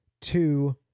Two